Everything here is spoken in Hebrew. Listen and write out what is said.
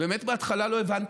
באמת בהתחלה לא הבנתי.